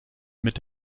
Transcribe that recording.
mit